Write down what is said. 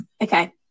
okay